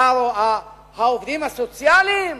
העובדים הסוציאליים?